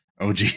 OG